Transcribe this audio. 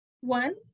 One